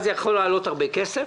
אז זה יכול לעלות הרבה כסף,